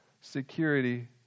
security